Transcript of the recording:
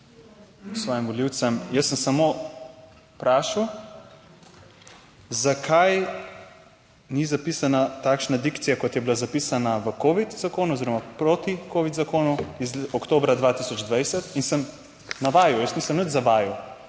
svojim volivcem. Jaz sem samo vprašal, zakaj ni zapisana takšna dikcija, kot je bila zapisana v covid zakonu oziroma proti covid zakonu iz oktobra 2020, in sem navajal, jaz nisem nič zavajal